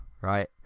right